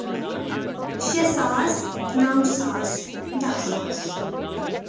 شےٚ ساس نَو ساس دَہ ساس